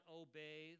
obey